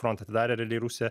frontą atidarė realiai rusija